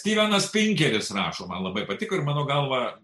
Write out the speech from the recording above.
styvenas pinkeris rašo man labai patiko ir mano galva